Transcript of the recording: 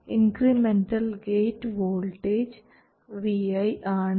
incremental gate voltage vi ആണ്